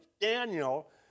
Daniel